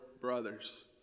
brothers